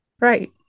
right